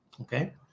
okay